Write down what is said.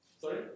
Sorry